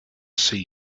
see